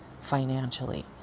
financially